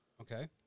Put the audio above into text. Okay